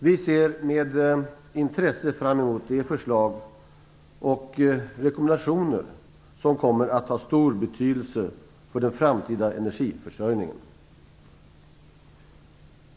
Vi ser med intresse fram emot de förslag och rekommendationer som kommer att ha stor betydelse för den framtida energiförsörjningen.